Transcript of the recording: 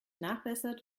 nachbessert